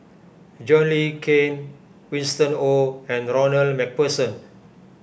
John Le Cain Winston Oh and Ronald MacPherson